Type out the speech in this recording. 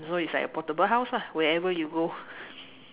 so it's like a portable house lah wherever you go